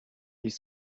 ils